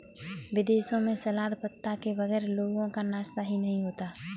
विदेशों में सलाद पत्ता के बगैर लोगों का नाश्ता ही नहीं होता